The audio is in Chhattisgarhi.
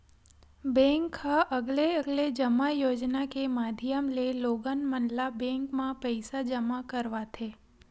बेंक ह अलगे अलगे जमा योजना के माधियम ले लोगन मन ल बेंक म पइसा जमा करवाथे